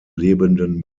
lebenden